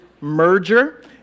merger